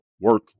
Work